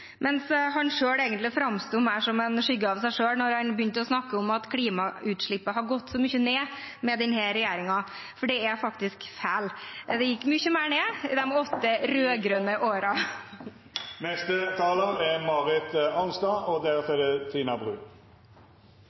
mens han selv egentlig framsto mer som en skygge av seg selv da han begynte å snakke om at klimautslippene har gått så mye ned med denne regjeringen. Det er faktisk feil. De gikk mye mer ned i de åtte